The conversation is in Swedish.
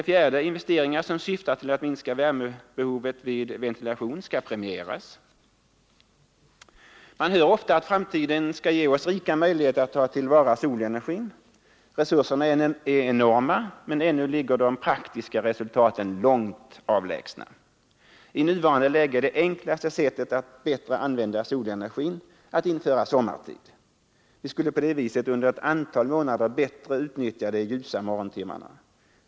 4, Investeringar som syftar till att minska värmebehovet vid ventilationen skall premieras. Man hör ofta att framtiden skall ge oss rika möjligheter att ta till vara solenergin. Resurserna är enorma, men ännu ligger de praktiska resultaten långt avlägsna. I nuvarande läge är det enklaste sättet att bättre använda solenergin att införa sommartid. Vi skulle på det viset under ett antal månader bättre utnyttja de ljusa morgontimmarna.